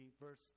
verse